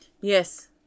Yes